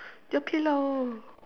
your pillow